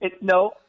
No